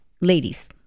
ladies